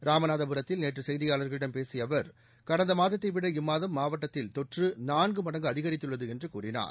ராமநாதபுரத்தில் நேற்று செய்தியாளர்களிடம் பேசிய அவர் கடந்த மாதத்தை விட இம்மாதம் மாவட்டத்தில் தொற்று நான்கு மடங்கு அதிகரித்துள்ளது என்று கூறினார்